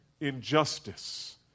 injustice